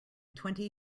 twenty